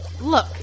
Look